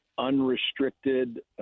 unrestricted